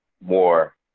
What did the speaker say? more